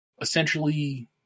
essentially